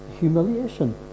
Humiliation